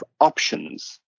options